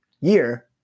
year